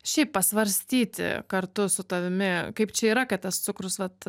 šiaip pasvarstyti kartu su tavimi kaip čia yra kad tas cukrus vat